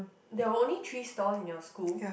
there are only three stalls in your school